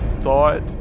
thought